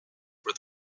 where